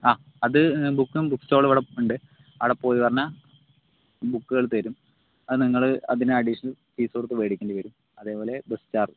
ആ അത് ബുക്കും ബുക്സ്റാള്ളുമിവിടെയുണ്ട് അവിടെപ്പോയി പറഞ്ഞാൽ ബുക്കുകൾ തരും അത് നിങ്ങൾ അതിന് അഡിഷണൽ ഫീസുകൊടുത്തു മേടിക്കേണ്ടി വരും അതേപോലെ ബസ്ചാർജ്